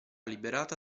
liberata